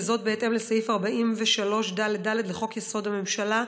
וזאת בהתאם לסעיף 43ד(ד) לחוק-יסוד: הממשלה,